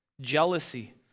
jealousy